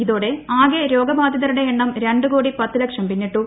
ഇതോടെ ആകെ രോഗബാധിതരുടെ എണ്ണം രണ്ട് കോടി പത്തു ലക്ഷം പിന്നിട്ടു